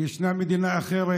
וישנה מדינה אחרת,